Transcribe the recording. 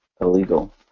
illegal